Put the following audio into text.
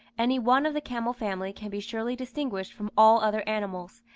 any one of the camel family can be surely distinguished from all other animals,